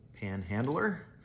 panhandler